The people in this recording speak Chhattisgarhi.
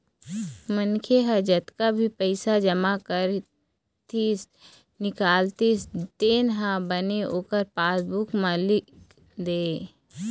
मनखे ह जतका भी पइसा जमा करतिस, निकालतिस तेन ह बने ओखर पासबूक म लिख दय